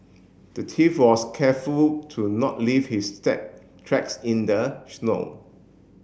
the thief was careful to not leave his stack tracks in the snow